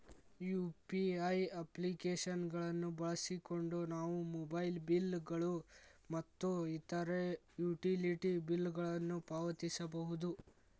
UPI application ಗಳನ್ನು ಬಳಸಿಕೊಂಡು ನಾವು ಮೊಬೈಲ್ ಬಿಲ್ ಗಳು ಮತ್ತು ಇತರ ಯುಟಿಲಿಟಿ ಬಿಲ್ ಗಳನ್ನು ಪಾವತಿಸಬಹುದು